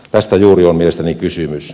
tästä juuri on mielestäni kysymys